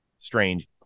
strange